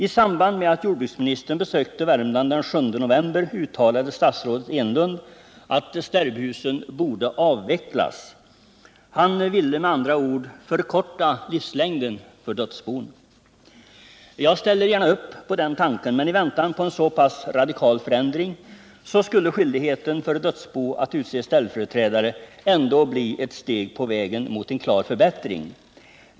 I samband med att jordbruksminister Enlund besökte Värmland den 7 november uttalade han att sterbhusen borde avvecklas. Han ville med andra ord förkorta livslängden för dödsbona. Jag ställer gärna upp på den tanken, men i väntan på en så pass radikal förändring skulle skyldigheten för dödsbo att utse ställföreträdare ändå vara ett steg på vägen mot en klar förbättring.